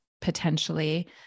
potentially